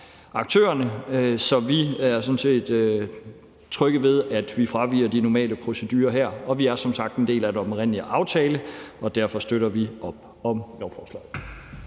følge. Så vi er sådan set trygge ved, at vi fraviger de normale procedurer her, og vi er som sagt en del af den oprindelige aftale, og derfor støtter vi lovforslaget.